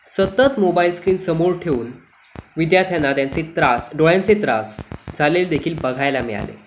सतत mobile screen समोर ठेऊन विद्यार्थ्यांना त्यांचे त्रास डोळ्यांचे त्रास झालेले देखील बघायला मिळाले